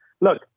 look